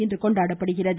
இன்று கொண்டாடப்படுகிறது